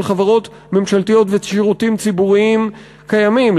חברות ממשלתיות ושירותים ציבוריים קיימים,